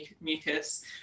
mucus